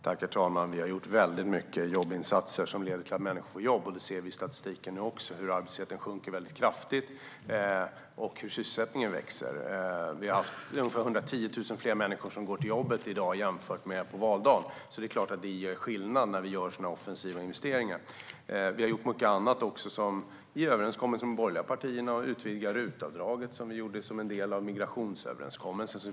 Herr talman! Vi har gjort väldigt mycket jobbinsatser som leder till att människor får jobb, och vi ser nu också i statistiken att arbetslösheten sjunker kraftigt och sysselsättningen växer. Ungefär 110 000 fler människor går till jobbet i dag än på valdagen. Så det är klart att det gör skillnad när vi gör sådana här offensiva investeringar. Vi har gjort mycket annat också i överenskommelse med de borgerliga partierna, till exempel utvidgat RUT-avdraget som en del av migrationsöverenskommelsen.